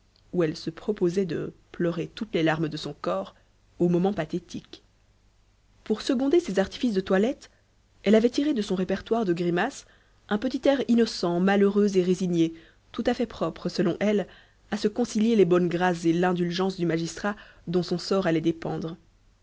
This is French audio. où elle se proposait de pleurer toutes les larmes de son corps aux moments pathétiques pour seconder ces artifices de toilette elle avait tiré de son répertoire de grimaces un petit air innocent malheureux et résigné tout à fait propre selon elle à se concilier les bonnes grâces et l'indulgence du magistrat dont son sort allait dépendre